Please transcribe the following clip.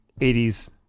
80s